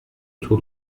tour